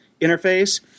interface